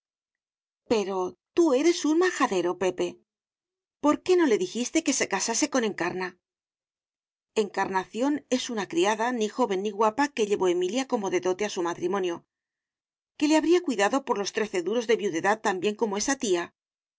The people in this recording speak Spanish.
pero tú eres un majadero pepe por que no le dijiste que se casase con encarnaencarnación es una criada ni joven ni guapa que llevó emilia como de dote a su matrimonio que le habría cuidado por los trece duros de viudedad tan bien como esa tía